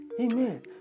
Amen